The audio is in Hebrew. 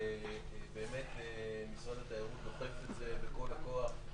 ובאמת משרד התיירות דוחף את זה בכל הכוח.